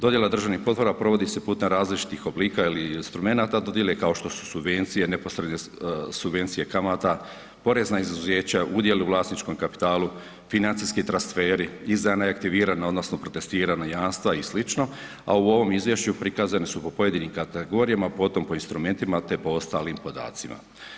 Dodjela državnih potpora provodi se putem različitih oblika ili instrumenata dodjele kao što su subvencije, neposredne subvencije kamata, porezna izuzeća, udjela u vlasničkom kapitalu, financijski transferi, izdana i aktivirana odnosno protestirana jamstva i slično, a u ovom izvješću prikazane su po pojedinim kategorijama, potom po instrumentima te po ostalim podacima.